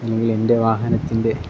അല്ലെങ്കിൽ എൻ്റെ വാഹനത്തിൻ്റെ